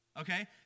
Okay